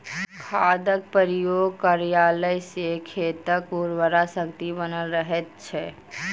खादक प्रयोग कयला सॅ खेतक उर्वरा शक्ति बनल रहैत छै